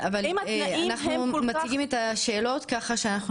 אבל אנחנו מציגים את השאלות ככה שאנחנו